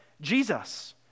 Jesus